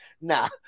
Nah